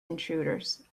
intruders